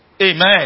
Amen